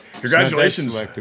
Congratulations